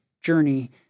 journey